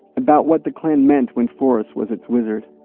about what the klan meant when forrest was its wizard,